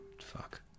fuck